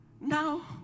Now